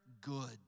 good